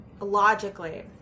logically